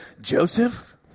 Joseph